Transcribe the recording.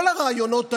כל הרעיונות האלה,